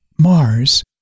Mars